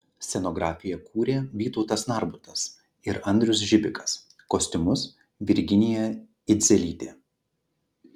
scenografiją kūrė vytautas narbutas ir andrius žibikas kostiumus virginija idzelytė